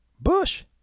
Bush